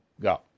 go